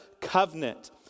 covenant